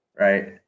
right